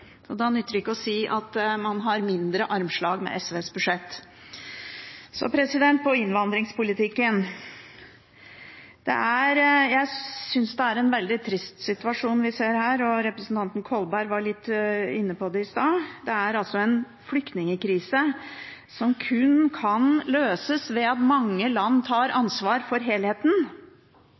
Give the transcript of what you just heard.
Da nytter det ikke å si at man har mindre armslag med SVs budsjett. Så til innvandringspolitikken: Jeg synes det er en veldig trist situasjon vi ser her. Representanten Kolberg var litt inne på det i stad. Det er en flyktningkrise som kun kan løses ved at mange land tar ansvar for helheten,